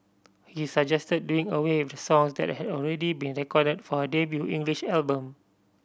he suggest doing away with the songs that had already been recorded for her debut English album